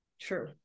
True